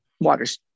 water's